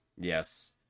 Yes